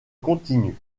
continue